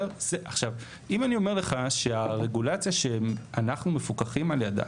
אם אני אומר לך שהרגולציה שאנחנו מפוקחים על ידה,